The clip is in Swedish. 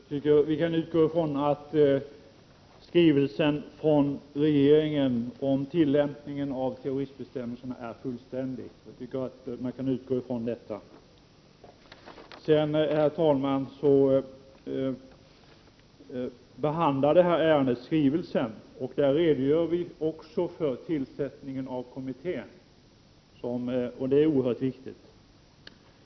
Herr talman! Vi kan utgå från att skrivelsen från regeringen om tillämpningen av terroristbestämmelserna är fullständig. Herr talman! I detta betänkande behandlas skrivelsen. Där redogörs också för tillsättandet. av "kommittén, vilket är oerhört viktigt.